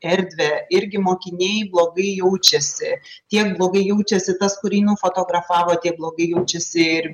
erdvę irgi mokiniai blogai jaučiasi tiek blogai jaučiasi tas kurį nufotografavo tiek blogai jaučiasi ir